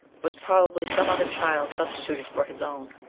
was probably some other child substituted for his own.